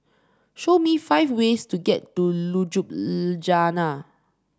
show me five ways to get to Ljubljana